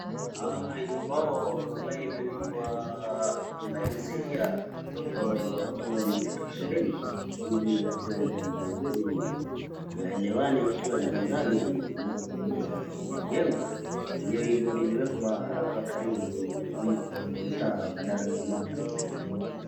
Ni ubao ambayo imeandikwa ambayo inasaidia watoto wakiwa wamefika shuleni, ili wakue na tabia nzuri, waelewane wakiwa darasani, na wakue na tabia njema, yenyewe hii board iliwekwa hapa karibu ama kwa ukuta badala iwe moja.